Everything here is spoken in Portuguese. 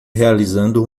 realizando